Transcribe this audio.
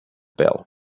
bill